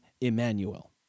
Emmanuel